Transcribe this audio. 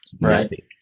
right